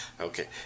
okay